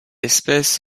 espèce